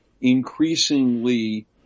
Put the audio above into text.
increasingly